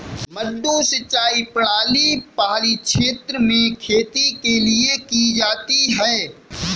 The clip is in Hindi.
मडडू सिंचाई प्रणाली पहाड़ी क्षेत्र में खेती के लिए की जाती है